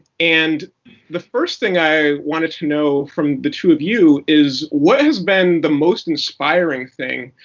and the first thing i wanted to know from the two of you is what has been the most inspiring thing?